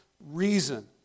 reason